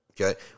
okay